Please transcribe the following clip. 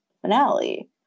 finale